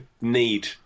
need